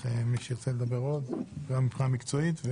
מי שירצה לדבר עוד גם מבחינה מקצועית.